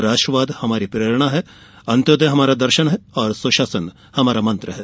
राष्ट्रवाद हमारी प्रेरणा है अंत्योदय हमारा दर्शन है और सुशासन हमारा मंत्र है